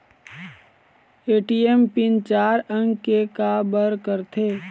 ATM pin चार अंक के का बर करथे?